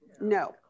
No